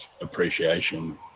appreciation